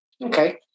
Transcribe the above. Okay